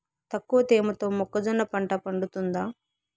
తక్కువ తేమతో మొక్కజొన్న పంట పండుతుందా?